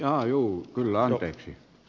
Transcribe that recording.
jaha kyllä anteeksi